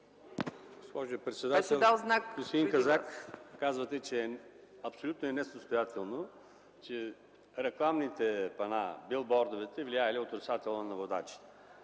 Господин Казак, казвате, че е несъстоятелно рекламните пана, билбордовете да влияят отрицателно на водачите.